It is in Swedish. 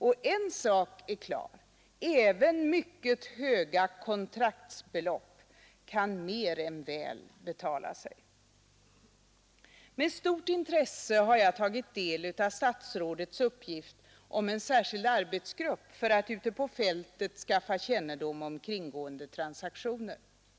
Och en sak är klar: även mycket höga kontraktsbelopp kan mer än väl betala sig. Med stort intresse har jag tagit del av statsrådets uppgift om en särskild arbetsgrupp för att ute på fältet skaffa kännedom om kringgående transaktioner.